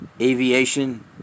Aviation